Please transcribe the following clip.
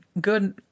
good